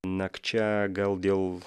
nakčia gal dėl